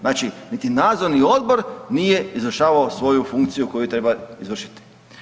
Znači niti nadzorni odbor nije izvršavao svoju funkciju koju treba izvršiti.